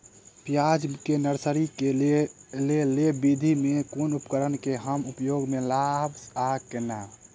प्याज केँ नर्सरी केँ लेल लेव विधि म केँ कुन उपकरण केँ हम उपयोग म लाब आ केना?